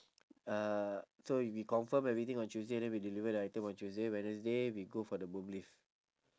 uh so we confirm everything on tuesday then we deliver the item on tuesday wednesday we go for the boom lift